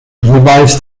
jeweils